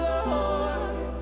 Lord